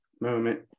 moment